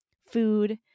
food